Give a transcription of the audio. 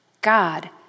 God